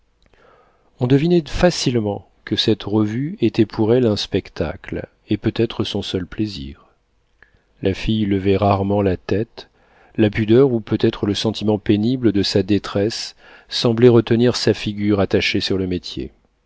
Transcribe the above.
on devinait facilement que cette revue était pour elle un spectacle et peut-être son seul plaisir la fille levait rarement la tête la pudeur ou peut-être le sentiment pénible de sa détresse semblait retenir sa figure attachée sur le métier